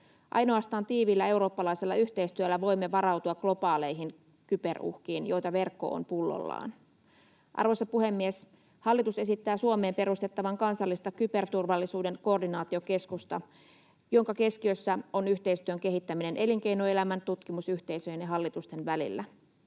Ainoastaan tiiviillä eurooppalaisella yhteistyöllä voimme varautua globaaleihin kyberuhkiin, joita verkko on pullollaan. Arvoisa puhemies! Hallitus esittää Suomeen perustettavan kansallinen kyberturvallisuuden koordinaatiokeskus, jonka keskiössä on yhteistyön kehittäminen elinkeinoelämän, tutkimusyhteisöjen ja hallitusten välillä.